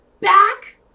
back